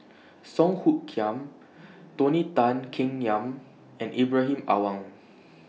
Song Hoot Kiam Tony Tan Keng Yam and Ibrahim Awang